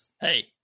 Hey